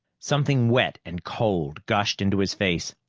something wet and cold gushed into his face.